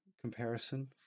comparison